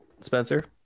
Spencer